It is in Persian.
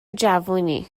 جوونی